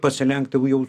pasilenkt jau jau